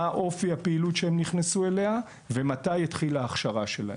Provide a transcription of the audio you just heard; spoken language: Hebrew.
מהו אופי הפעילות שהם נכנסו אליה ומתי התחילה ההכשרה שלהם.